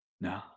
no